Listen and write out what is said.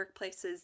workplaces